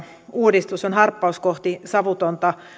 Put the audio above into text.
uudistus on harppaus kohti savutonta